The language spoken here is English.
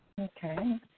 Okay